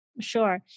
sure